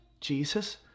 Jesus